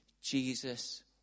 Jesus